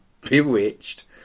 Bewitched